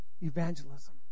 evangelism